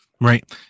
Right